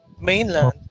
Mainland